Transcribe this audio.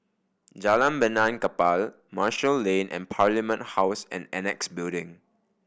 Jalan Benaan Kapal Marshall Lane and Parliament House and Annexe Building